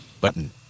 Button